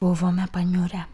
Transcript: buvome paniurę